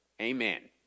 Amen